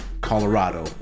Colorado